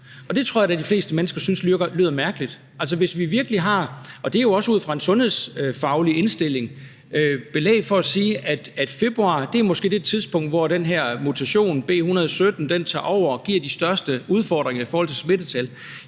og det tror jeg da de fleste mennesker synes lyder mærkeligt. Hvis vi virkelig har, og det er jo også ud fra en sundhedsfaglig indstilling, belæg for at sige, at februar måske er det tidspunkt, hvor den her mutation, B.1.1.7, tager over og giver de største udfordringer i forhold til smittetal,